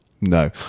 No